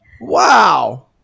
Wow